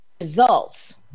results